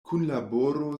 kunlaboro